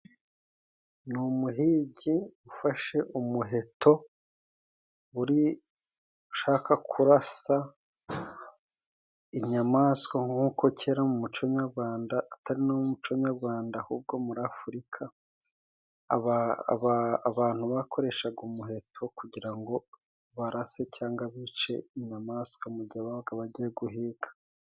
Ni umuhigi ufashe umuheto uri gushaka kurasa inyamaswa, nk'uko kera mu muco nyagwanda atari n'umuco nyagwanda ahubwo muri Afurika abantu bakoreshaga umuheto, kugira ngo barase cyangwa bice inyamaswa mu gihe babaga bagiye guhiga.